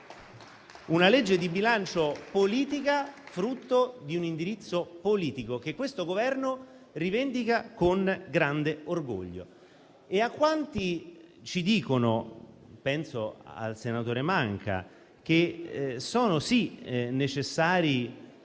una legge di bilancio politica frutto di un indirizzo politico che questo Governo rivendica con grande orgoglio. A quanti ci dicono - penso al senatore Manca - che ci sono nodi